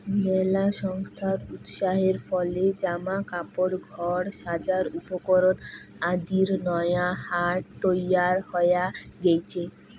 মেলা সংস্থার উৎসাহের ফলে জামা কাপড়, ঘর সাজার উপকরণ আদির নয়া হাট তৈয়ার হয়া গেইচে